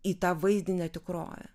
į tą vaizdinę tikrovę